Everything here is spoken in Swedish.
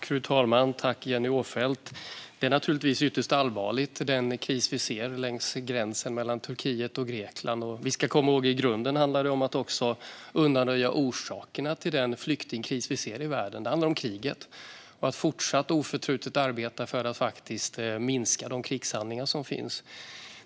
Fru talman! Den kris vi ser längs gränsen mellan Turkiet och Grekland är naturligtvis ytterst allvarlig. Vi ska komma ihåg att det i grunden även handlar om att undanröja orsakerna till den flyktingkris vi ser i världen. Det handlar om kriget och om att fortsatt och oförtrutet arbeta för att faktiskt minska de krigshandlingar som äger rum.